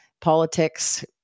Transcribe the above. politics